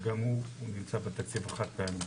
שגם הוא נמצא בתקציב החד פעמי.